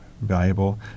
valuable